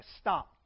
stop